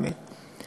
באמת,